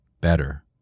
better